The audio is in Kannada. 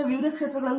ಪ್ರತಾಪ್ ಹರಿಡೋಸ್ ಸರಿ